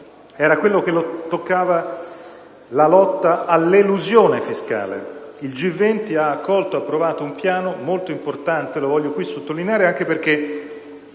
era quello che toccava la lotta all'elusione fiscale. Il G20 ha accolto ed approvato un piano molto importante, e lo voglio qui sottolineare perché,